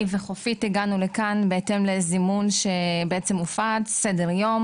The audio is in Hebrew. אני וחופית הגענו לכאן בהתאם לזימון שבעצם הופץ סדר-יום